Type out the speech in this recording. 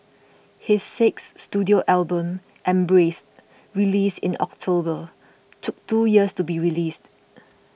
his sixth studio album Embrace released in October took two years to be released